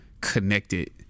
connected